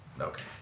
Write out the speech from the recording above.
Okay